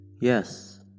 Yes